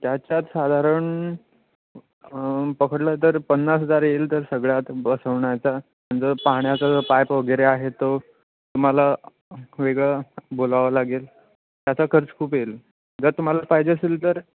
त्याच्यात साधारण पकडलं तर पन्नास हजार येईल तर सगळ्यात बसवण्याचा जो पाण्याचा जो पाईप वगैरे आहे तो तुम्हाला वेगळं बोलावं लागेल त्याचा खर्च खूप येईल जर तुम्हाला पाहिजे असेल तर